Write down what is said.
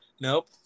Nope